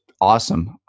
awesome